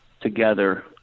together